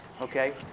Okay